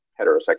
heterosexual